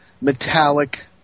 metallic